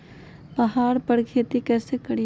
पहाड़ पर खेती कैसे करीये?